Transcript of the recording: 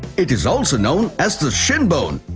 it is also known as the shin bone.